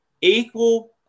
equal